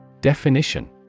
Definition